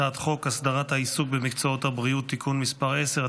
הצעת חוק הסדרת העיסוק במקצועות הבריאות (תיקון מס' 10),